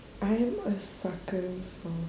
I'm a sucker for